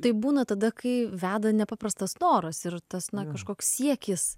taip būna tada kai veda nepaprastas noras ir tas na kažkoks siekis